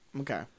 Okay